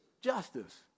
justice